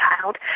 child